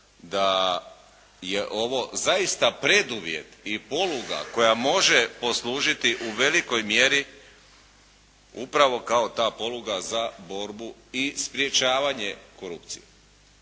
da je ovo zaista preduvjet i poluga koja može poslužiti u velikoj mjeri upravo kao ta poluga za borbu i sprječavanje korupcije.